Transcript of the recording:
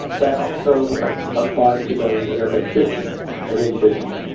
that also applies to those that are assisting an individual.